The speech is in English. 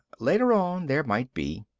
later on, there might be.